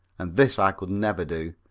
and this i could never do.